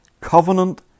covenant